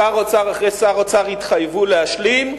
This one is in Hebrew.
שר אוצר אחרי שר אוצר התחייבו להשלים,